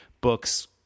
books